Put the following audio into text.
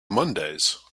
mondays